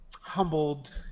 humbled